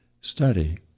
study